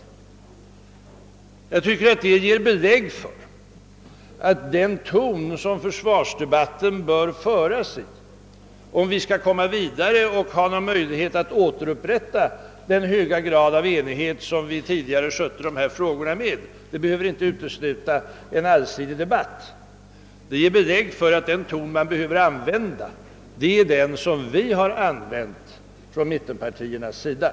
Detta tycker jag ger belägg för att den ton som försvarsdebatten bör föras i, om vi skall komma vidare och ha någon möjlighet att återupprätta den höga grad av enighet som vi tidigare nådde vid behandlingen av dessa frågor — det behöver ju inte utesluta en allsidig debatt — är den lugna ton som vi har använt från mittenpartiernas sida.